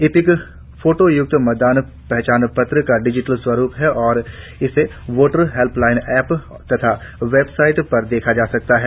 ई EPIC फोटाय्क्त मतदाता पहचान पत्र का डिजिटल स्वरुप है और इसे वोटर हेल्पलाइन ऐप तथा वेबसाइट पर देखा जा सकता है